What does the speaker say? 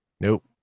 Nope